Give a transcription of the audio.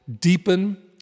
deepen